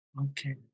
Okay